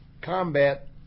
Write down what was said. combat